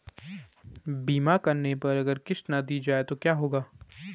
बीमा करने पर अगर किश्त ना दी जाये तो क्या होगा?